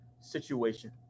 situation